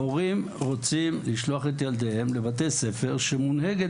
ההורים רוצים לשלוח את ילדיהם לבתי ספר שמונהגת